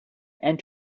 and